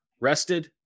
rested